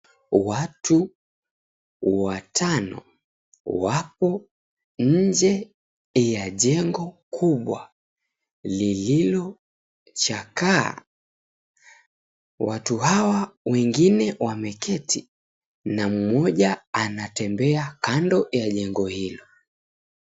Watu watano wapo nje ya jengo kubwa lililochakaa. Watu hawa wengine wameketi na mmoja anatembea kando ya jengo hilo.